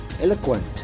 eloquent